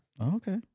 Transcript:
Okay